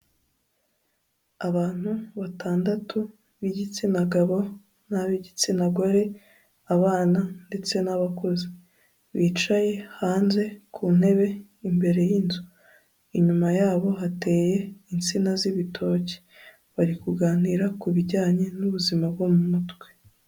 Abantu batandatu b'igitsina gabo n'ab'igitsina gore, abana ndetse n'abakuze, bicaye hanze ku ntebe imbere y'inzu, inyuma yabo hateye insina z'ibitoki, bari kuganira ku bijyanye n'ubuzima bwo mu mutwe.